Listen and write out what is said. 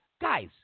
Guys